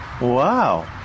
Wow